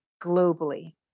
globally